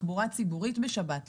תחבורה ציבורית בשבת,